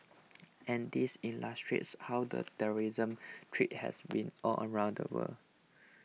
and these illustrates how the terrorism threat has been all around the world